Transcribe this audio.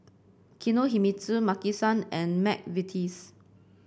Kinohimitsu Maki San and McVitie's